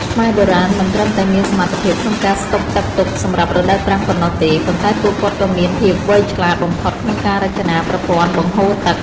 ខ្មែរបុរាណមិនត្រឹមតែមានសមត្ថភាពក្នុងការស្ដុកទឹកទុកសម្រាប់រដូវប្រាំងប៉ុណ្ណោះទេ ប៉ុន្តែពួកគាត់ក៏មានភាពវៃឆ្លាតបំផុតក្នុងការរចនាប្រព័ន្ធបង្ហូរទឹក។